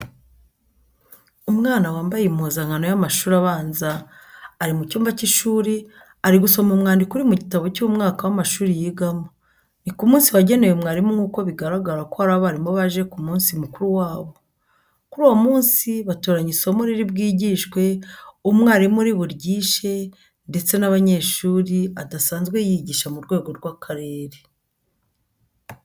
Umwana wambaye impuzankano y'amashuri abanza ari mu cyumba k'ishuri ari gusoma umwandiko uri mu gitabo cy'umwaka w'amashuri yigamo. Ni ku munsi wagenewe mwarimu nk'uko bigaragara ko hari abarimu baje mu munsi mukuru wabo. Kuri uwo munsi batoranya isomo riri bwigishwe, umwarimu uri buryishe ndetse n'abanyeshuri adasanzwe yigisha mu rwego rw'akarere.